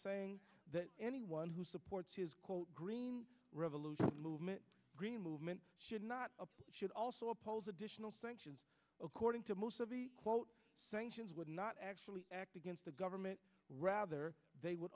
saying that anyone who supports his green revolution movement green movement should not should also oppose additional sanctions according to quote sanctions would not actually act against the government rather they would